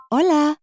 Hola